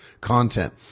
content